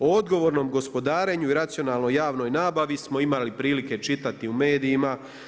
O odgovornom gospodarenju i racionalnoj javnoj nabavi smo imali prilike čitati u medijima.